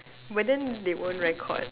but then they won't record